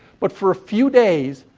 but, for a few days,